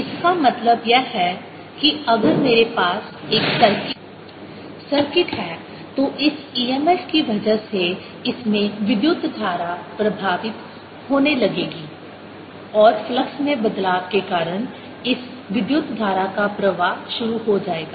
इसका मतलब यह है कि अगर मेरे पास एक सर्किट है तो इस e m f की वजह से इसमें विद्युत धारा प्रवाहित होने लगेगी और फ्लक्स में बदलाव के कारण इस विद्युत धारा का प्रवाह शुरू हो जाएगा